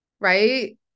right